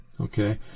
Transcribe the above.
okay